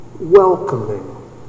welcoming